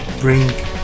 bring